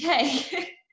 okay